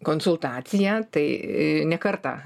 konsultaciją tai i ne kartą